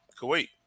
Kuwait